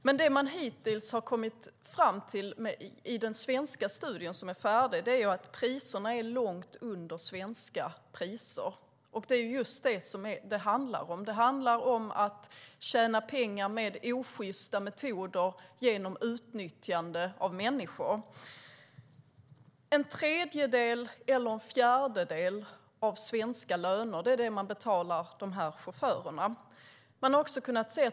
Men det man hittills kommit fram till i den svenska studie som är färdig är att priserna är långt under svenska. Det är just det som det handlar om. Det handlar om att tjäna pengar med osjysta metoder genom utnyttjande av människor. En tredjedel eller en fjärdedel av svenska löner är vad de här chaufförerna får i betalning.